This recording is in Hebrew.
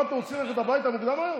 אתם רוצים ללכת הביתה מוקדם היום?